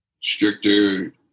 stricter